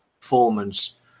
performance